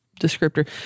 descriptor